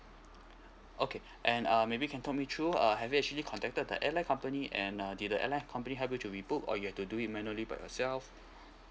okay and uh maybe can talk me through uh have you actually contacted the airline company and uh did the airline company help you to rebook or you have to do it manually by yourself